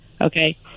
Okay